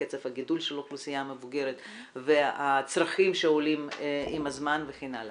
קצב הגידול של האוכלוסייה המבוגרת והצרכים שעולים עם הזמן וכן הלאה.